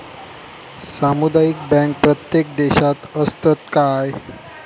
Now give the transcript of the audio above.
सामुदायिक बँक प्रत्येक देशात असतत काय?